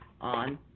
on